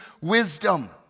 wisdom